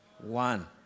one